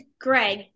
Greg